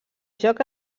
joc